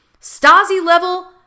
Stasi-level